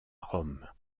rome